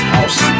House